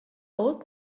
old